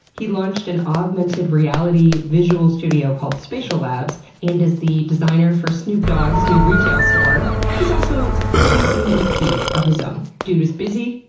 he launched an augmented reality visual studio called spatialabs, and is the designer for snoop dogg's new retail store. he's also releasing an ep of his own. dude is busy,